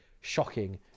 shocking